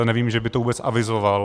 Nevím, že by to vůbec avizoval.